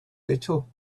rachel